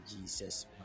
Jesus